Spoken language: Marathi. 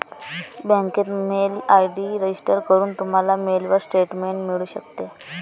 बँकेत मेल आय.डी रजिस्टर करून, तुम्हाला मेलवर स्टेटमेंट मिळू शकते